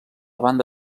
banda